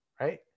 right